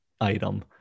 item